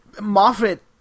Moffat